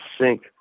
sync